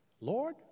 Lord